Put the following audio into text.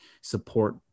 support